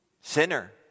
sinner